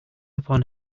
upon